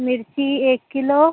मिर्ची एक किलो